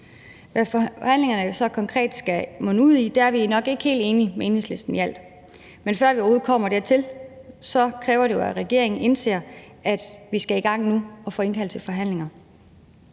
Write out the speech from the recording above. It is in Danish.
hvad forhandlingerne så konkret skal munde ud i, er vi nok ikke helt enige med Enhedslisten i alt, men før vi overhovedet kommer dertil, kræver det jo, at regeringen indser, at vi skal i gang nu, og får indkaldt til forhandlinger.